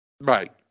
Right